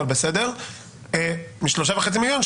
מ-3.5 מיליון,